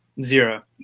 Zero